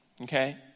Okay